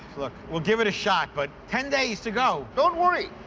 look, we'll give it a shot, but ten days to go. don't worry.